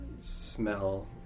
smell